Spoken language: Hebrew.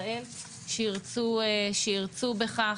ישראל שירצו בכך.